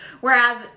Whereas